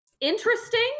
interesting